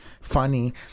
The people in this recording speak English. funny